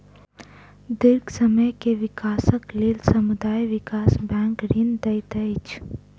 दीर्घ समय के विकासक लेल समुदाय विकास बैंक ऋण दैत अछि